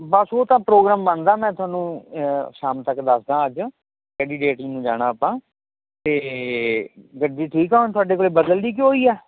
ਬਸ ਉਹ ਤਾਂ ਪ੍ਰੋਗਰਾਮ ਬਣਦਾ ਮੈਂ ਤੁਹਾਨੂੰ ਸ਼ਾਮ ਤੱਕ ਦੱਸਦਾ ਅੱਜ ਆਪਾਂ ਤੇ ਗੱਡੀ ਠੀਕ ਐ ਹੁਣ ਥੋਡੇ ਕੋਲੇ ਬਦਲ ਲੀ ਕਿ ਉਹੀ ਐ